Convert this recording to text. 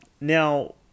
now